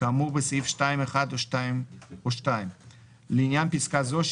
כאמור בסעיף 2(1) או (2); לעניין פסקה זו,